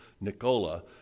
Nicola